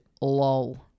LOL